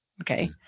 Okay